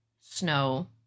snow